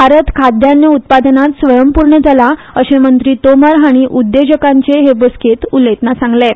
भारत खाद्यान्न उत्पादनान स्वंयपूर्ण जाला अशें मंत्री तोमार हांणी उद्देजकांचे हे बसकेंत उलयतना सांगलें